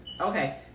okay